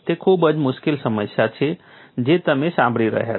તે ખૂબ જ મુશ્કેલ સમસ્યા છે જે તમે સંભાળી રહ્યા છો